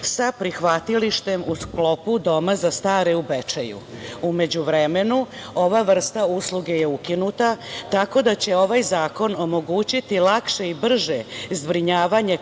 sa prihvatilištem u sklopu Doma za stare u Bečeju. U međuvremenu, ova vrsta usluge je ukinuta, tako da će ovaj zakon omogućiti lakše i brže zbrinjavanje